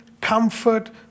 comfort